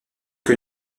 que